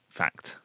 fact